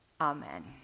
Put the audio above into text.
Amen